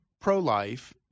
pro-life